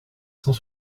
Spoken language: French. cent